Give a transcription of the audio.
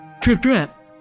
trip-trap